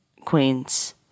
Queens